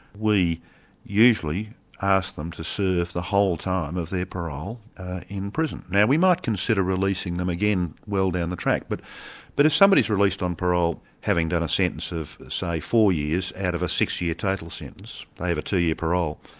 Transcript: we usually ask them to serve the whole time of their parole in prison. now we might consider releasing them again, well down the track. but but if somebody's released on parole, having done a sentence of say four years out of a six-year total sentence, they have a two-year parole,